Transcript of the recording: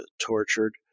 tortured